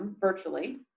virtually